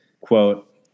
quote